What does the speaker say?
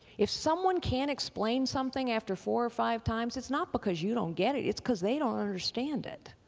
if someone can't explain something after four or five times, it's not because you don't get it, it's because they don't understand it.